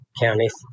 counties